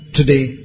today